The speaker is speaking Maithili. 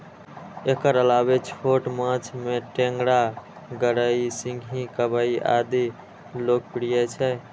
एकर अलावे छोट माछ मे टेंगरा, गड़ई, सिंही, कबई आदि लोकप्रिय छै